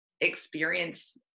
experience